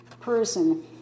person